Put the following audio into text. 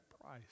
price